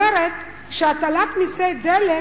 שהטלת מסי דלק